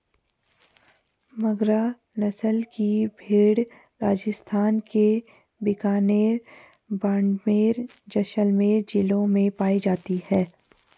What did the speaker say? मगरा नस्ल की भेंड़ राजस्थान के बीकानेर, बाड़मेर, जैसलमेर जिलों में पाई जाती हैं